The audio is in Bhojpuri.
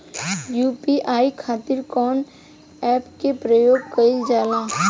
यू.पी.आई खातीर कवन ऐपके प्रयोग कइलजाला?